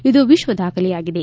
ಇದು ವಿಶ್ವ ದಾಖಲೆಯಾಗಿದೆ